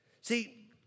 See